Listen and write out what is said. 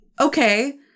Okay